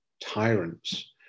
tyrants